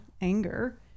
anger